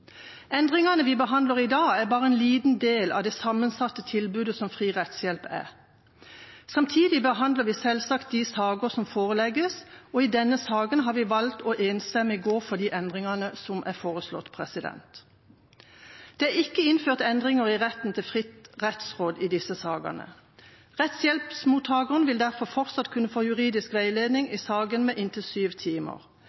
Endringene vi behandler i dag, er bare en liten del av det sammensatte tilbudet som fri rettshjelp er. Samtidig behandler vi selvsagt de saker som forelegges, og i denne saken har vi enstemmig valgt å gå for de endringene som er foreslått. Det er ikke innført endringer i retten til fritt rettsråd i disse sakene. Rettshjelpsmottakeren vil derfor fortsatt kunne få juridisk veiledning